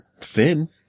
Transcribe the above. thin